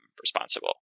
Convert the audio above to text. responsible